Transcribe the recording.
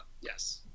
yes